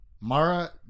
Mara